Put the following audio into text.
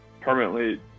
permanently